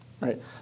right